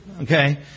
Okay